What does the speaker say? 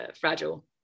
fragile